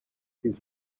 his